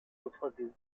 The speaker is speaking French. toutefois